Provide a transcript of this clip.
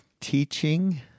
teaching